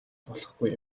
болохгүй